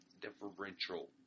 differential